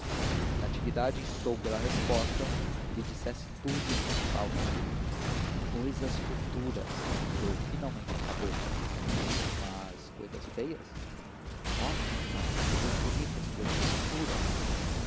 natividade instou pela resposta que lhe dissesse tudo sem falta cousas futuras murmurou finalmente a cabocla mas cousas feias oh não não cousas bonitas cousas futuras